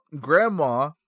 Grandma